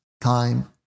time